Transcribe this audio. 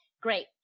Great